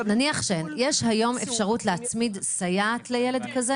אבל נניח שיש היום אפשרות להצמיד סייעת לילד כזה,